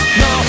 no